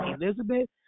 Elizabeth